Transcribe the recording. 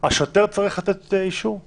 לתת אישור לגוף?